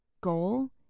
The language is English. goal